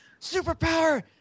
superpower